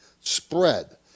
spread